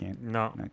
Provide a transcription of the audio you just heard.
No